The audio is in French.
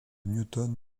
newton